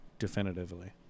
definitively